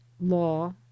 law